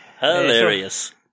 hilarious